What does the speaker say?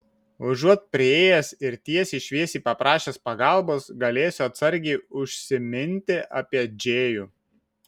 užuot priėjęs ir tiesiai šviesiai paprašęs pagalbos galėsiu atsargiai užsiminti apie džėjų